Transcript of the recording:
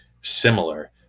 similar